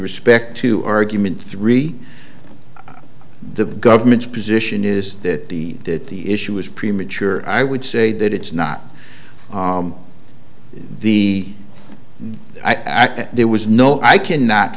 respect to argument three the government's position is that the that the issue was premature i would say that it's not the i that there was no i cannot